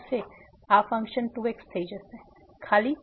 તેથી આ function 2x થઈ જશે ખાલી 2x